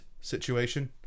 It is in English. situation